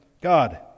God